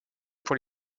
pour